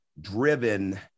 driven